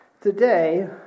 today